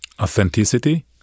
authenticity